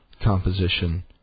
composition